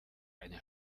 eine